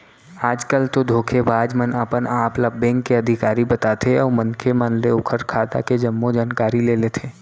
आज कल तो धोखेबाज मन अपन आप ल बेंक के अधिकारी बताथे अउ मनखे मन ले ओखर खाता के जम्मो जानकारी ले लेथे